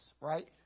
right